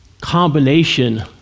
combination